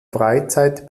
freizeit